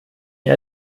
mir